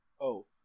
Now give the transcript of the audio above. oath